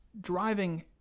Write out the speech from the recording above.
driving